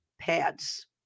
pads